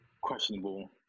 questionable